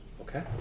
Okay